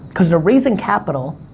cause they're raising capital,